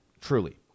truly